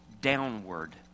downward